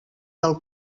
del